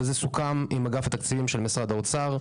וזה סוכם עם אגף התקציבים של משרד האוצר.